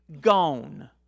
gone